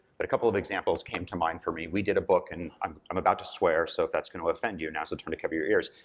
but a couple of examples came to mind for me. we did a book, and i'm i'm about to swear, so if that's gonna offend you, now's the time to cover your ears,